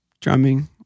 drumming